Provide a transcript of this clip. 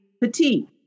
petite